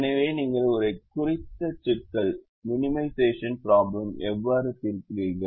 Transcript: எனவே நீங்கள் ஒரு குறைத்தல் சிக்கலை இவ்வாறு தீர்க்கிறீர்கள்